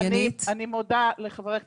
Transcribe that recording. אני מודה לחברת